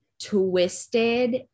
twisted